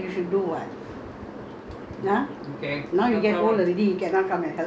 okay that's fine that's fine that's what you should do [what]